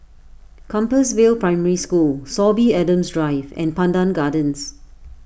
Compassvale Primary School Sorby Adams Drive and Pandan Gardens